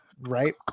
right